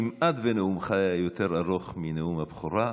נאומך כמעט היה יותר ארוך מנאום הבכורה,